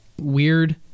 weird